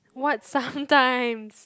what sometimes